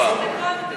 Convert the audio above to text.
זה 70 דקות הפעם.